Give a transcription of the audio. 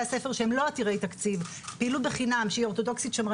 הספר שהם לא עתירי תקציב פעילות בחינם שהיא אורתודוכסית-שמרנית